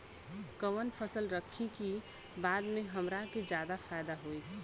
कवन फसल रखी कि बाद में हमरा के ज्यादा फायदा होयी?